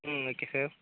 ம் okay sir